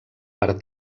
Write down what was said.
per